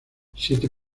siete